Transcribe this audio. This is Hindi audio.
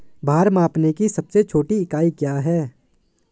भार मापने की सबसे छोटी इकाई क्या है?